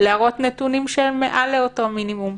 להראות נתונים שהם מעל אותו מינימום.